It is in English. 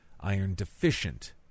iron-deficient